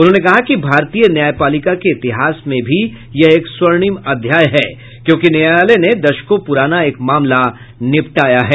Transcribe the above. उन्होंने कहा कि भारतीय न्यायपालिका के इतिहास में भी यह एक स्वर्णिम अध्याय है क्योंकि न्यायालय ने दशकों पुराना एक मामला निपटाया है